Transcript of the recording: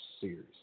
series